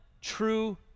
true